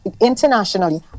internationally